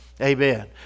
Amen